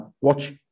watch